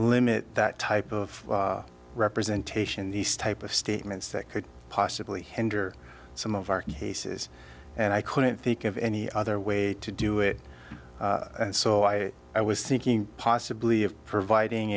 limit that type of representation in these type of statements that could possibly hinder some of our cases and i couldn't think of any other way to do it and so i i was thinking possibly of providing